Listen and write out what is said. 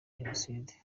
jenoside